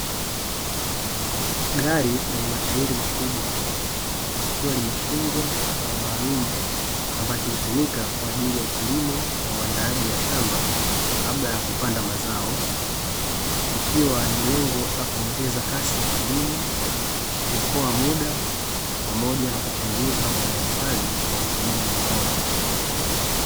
Gari lenye matairi makubwa likiwa limefungwa kifaa maalumu ambacho hutumika kwa ajili ya kilimo na uandaaji wa shamba kabla ya kupanda mazao. Ikiwa ni lengo la kuongeza kasi ya kilimo, kuokoa muda pamoja na kupunguza ufanyaji kazi kwa kutumia mikono.